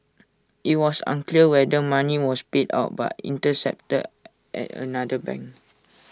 IT was unclear whether money was paid out but intercepted at another bank